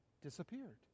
disappeared